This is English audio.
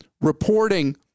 reporting